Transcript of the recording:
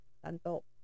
tanto